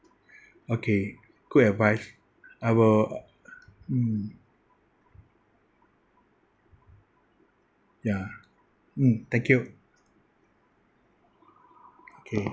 okay good advice I will mm ya mm thank you okay